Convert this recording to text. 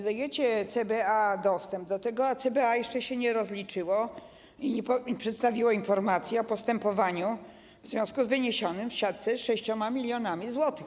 Dajecie CBA dostęp do tego, a CBA jeszcze się nie rozliczyło i nie przedstawiło informacji o postępowaniu w związku z wyniesionymi w siatce 6 mln zł.